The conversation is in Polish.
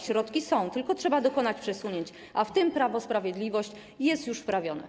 Środki są, tylko trzeba dokonać przesunięć, a w tym Prawo Sprawiedliwość jest już wprawione.